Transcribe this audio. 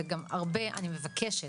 אני מבקשת,